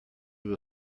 will